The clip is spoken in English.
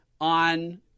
on